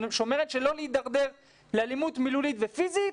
שומרת שלא נתדרדר לאלימות מילולית ופיזית,